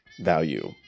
value